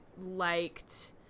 liked